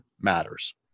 matters